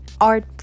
art